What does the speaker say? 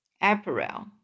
Apparel